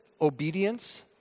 obedience